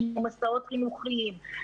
קיום מסעות חינוכיים.